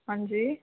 ਹਾਂਜੀ